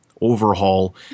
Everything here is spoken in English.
overhaul